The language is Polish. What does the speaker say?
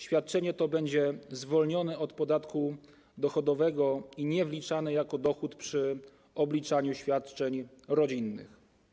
Świadczenie to będzie zwolnione od podatku dochodowego i niewliczane jako dochód przy obliczaniu świadczeń rodzinnych.